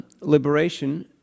Liberation